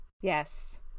Yes